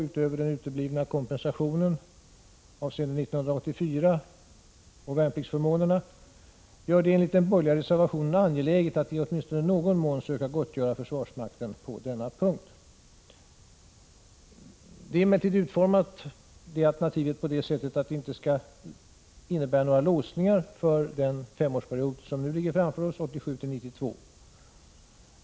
1985/86:126 utöver den uteblivna kompensationen avseende 1984 samt värnpliktsförmå 24 april 1986 nerna — gör det enligt den borgerliga reservationen angeläget att i åtminstone någon mån söka gottgöra försvarsmakten på denna punkt. Det alternativet är emellertid utformat på det sättet att det inte skall innebära några låsningar för den femårsperiod som nu ligger framför oss, 1987-1992.